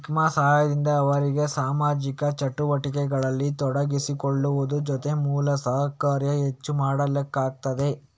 scheme ಸಹಾಯದಿಂದ ಅವ್ರಿಗೆ ಸಾಮಾಜಿಕ ಚಟುವಟಿಕೆಗಳಲ್ಲಿ ತೊಡಗಿಸಿಕೊಳ್ಳುವುದ್ರ ಜೊತೆ ಮೂಲ ಸೌಕರ್ಯ ಹೆಚ್ಚು ಮಾಡ್ಲಿಕ್ಕಾಗ್ತದೆ